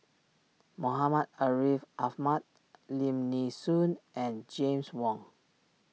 Muhammad Ariff Ahmad Lim Nee Soon and James Wong